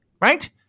right